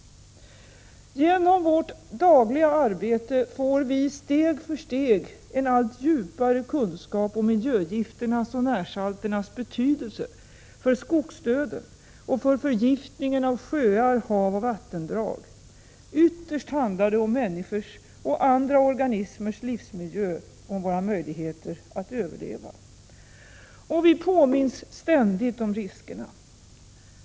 Genom vårt dagliga arbete får vi steg för steg en allt djupare kunskap om miljögifternas och närsalternas betydelse för skogsdöden och för förgiftningen av sjöar, hav och vattendrag. Ytterst handlar det om människors och andra organismers livsmiljö och om våra möjligheter att överleva. Vi påminns ständigt om riskerna.